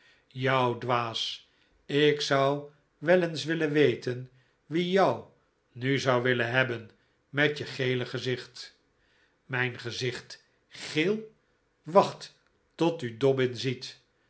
jou dwaas ik zou wel eens willen weten wie jou nu zou willen hebben met je gele gezicht mijn gezicht geel wacht tot u dobbin ziet